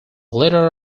leader